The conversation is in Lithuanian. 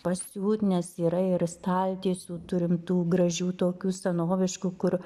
pasiūt nes yra ir staltiesių turim tų gražių tokių senoviškų kur